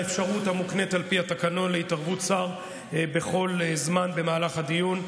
על האפשרות המוקנית על פי התקנון להתערבות שר בכל זמן במהלך הדיון.